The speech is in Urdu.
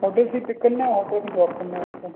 ہوٹل سے پک کرنا ہے ہوٹل پہ ڈراپ کرنا ہے آپ کو